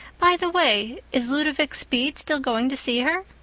by the way, is ludovic speed still going to see her?